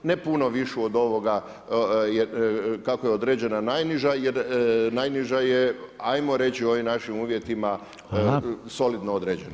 Ne puno višu od ovoga kako je određena najniža jer najniža je ajmo reći u ovim našim uvjetima solidno određena.